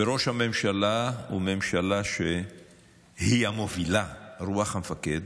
וראש הממשלה וממשלה שהיא המובילה, רוח המפקד,